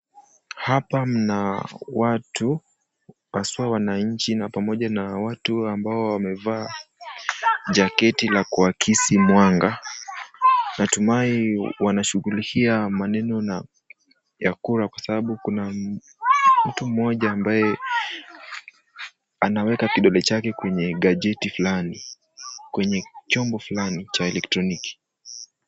Hapa mna watu haswa wananchi na pamoja na watu ambao wamevaa jaketi la kuakisi mwanga. Natumai wanashughulikia maneno ya kura kwa sababu kuna mtu mmoja ambaye anaweka kidole chake kwenye gajiti fulani. Kwenye chombo fulani cha elektroniki.